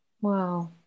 Wow